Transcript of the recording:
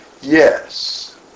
Yes